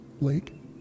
Lake